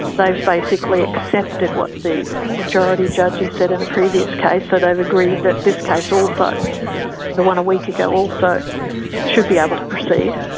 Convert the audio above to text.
they've basically accepted what the majority judges said in the previous case, so they've agreed that this case also, but the one a week ago also should be able to proceed.